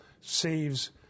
saves